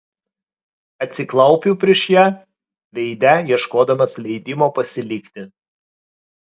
atsiklaupiu prieš ją veide ieškodamas leidimo pasilikti